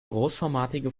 großformatige